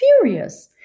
furious